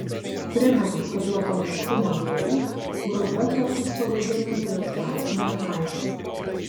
primenu kad lakoniškumo dėlei grupe kartais pavadiname jos bazinę aibę